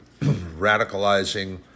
radicalizing